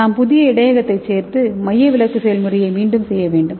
நாம் புதிய இடையகத்தைச் சேர்த்து மையவிலக்கு செயல்முறையை மீண்டும் செய்ய வேண்டும்